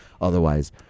Otherwise